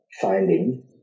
finding